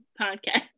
podcast